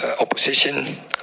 opposition